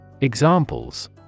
Examples